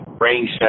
range